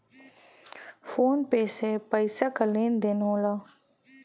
phone पे से पइसा क लेन देन होला